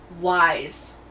wise